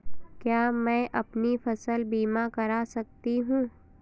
क्या मैं अपनी फसल बीमा करा सकती हूँ?